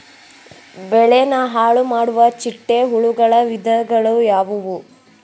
ಬೆಳೆನ ಹಾಳುಮಾಡುವ ಚಿಟ್ಟೆ ಹುಳುಗಳ ವಿಧಗಳು ಯಾವವು?